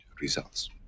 results